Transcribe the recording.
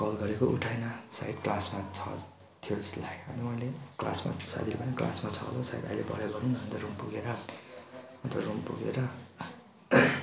call गरेको उठाएन सायद क्लासमा छ थियो जस्तो लाग्यो अन्त मैले पनि क्लासमा साथीले पनि क्लासमा छ होला सायद अहिले भरे गरौँ न अन्त रुम पुगेर अन्त रुम पुगेर